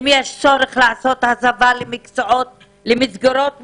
אם יש צורך לעשות הסבה למסגרות מסוימות,